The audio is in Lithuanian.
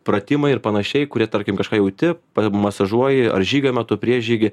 pratimai ir panašiai kurie tarkim kažką jauti pamasažuoji ar žygio metu prieš žygį